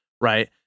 right